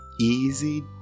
easy